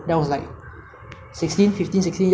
very a lot of memorable and nice food that